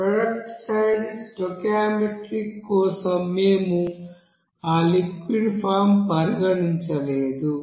product side stoichiometric కోసం మేము ఆ లిక్విడ్ ఫామ్ పరిగణించలేదు